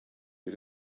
you